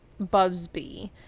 Bubsby